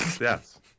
yes